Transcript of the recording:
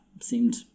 seemed